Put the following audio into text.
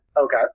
Okay